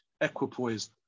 equipoise